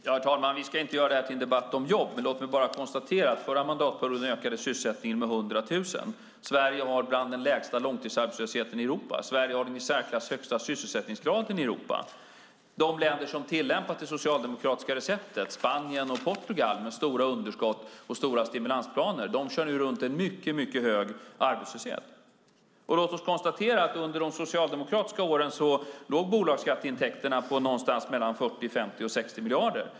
Herr talman! Vi ska inte göra det här till en debatt om jobb, låt mig bara konstatera att förra mandatperioden ökade sysselsättningen med hundra tusen personer. Sverige har en långtidsarbetslöshet som är bland de lägsta i Europa. Sverige har den i särklass högsta sysselsättningsgraden i Europa. De länder som tillämpat det socialdemokratiska receptet, Spanien och Portugal med stora underskott och stora stimulansplaner, kör nu runt en mycket hög arbetslöshet. Låt oss konstatera att under de socialdemokratiska åren låg bolagsskatteintäkterna på någonstans mellan 40, 50 och 60 miljarder.